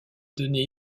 données